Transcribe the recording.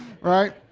right